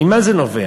ממה זה נובע?